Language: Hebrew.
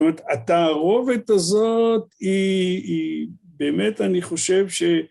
התערובת הזאת היא באמת אני חושב ש